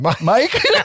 Mike